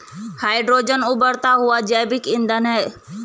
hydrogen उबरता हुआ जैविक ईंधन है